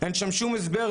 אין שם שום הסבר,